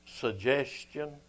suggestion